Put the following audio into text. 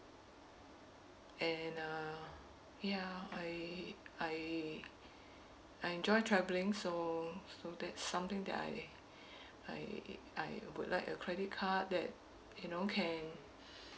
and uh ya I I I enjoy traveling so so that's something that I I I would like a credit card that you know can